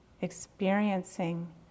experiencing